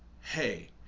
hey